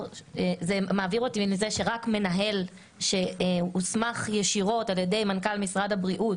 שעוברים ממצב בו רק מנהל שהוסמך ישירות על ידי מנכ"ל משרד הבריאות